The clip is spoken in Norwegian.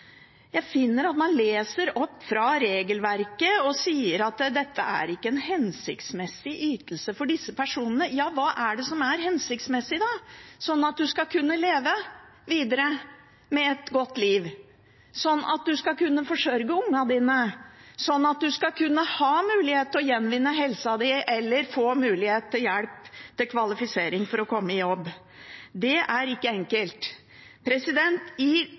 finner at man leser opp fra regelverket og sier at dette ikke er en hensiktsmessig ytelse for disse personene. Ja, hva er det som er hensiktsmessig for at man skal kunne leve videre med et godt liv, for at man skal kunne forsørge ungene sine, for at man skal kunne ha muligheten til å gjenvinne helsen sin, eller ha mulighet til hjelp til kvalifisering for å komme i jobb? Det er ikke enkelt. I